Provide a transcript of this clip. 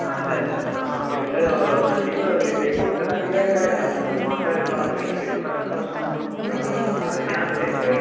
ആണല്ലേ ആ ഓക്കെ പക്ഷേ വണ്ടി സർവീസിലേക്ക് കൊടുത്തിട്ട് അധികവായിട്ടുണ്ടായില്ല ഒരു മാസം ആയുള്ളു അത് കയിഞ്ഞിട്ടിത് പെട്ടന്ന് പ്രശ്നം വന്നു അത് തന്നെ ആവില്ലെ ബ്രേക്ക്